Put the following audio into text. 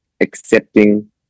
accepting